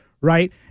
right